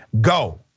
go